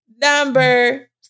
number